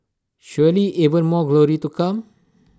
surely even more glory to come